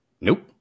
Nope